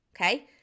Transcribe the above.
okay